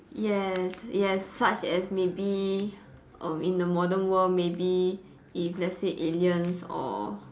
yes yes such as maybe um in the modern world maybe if let's say aliens or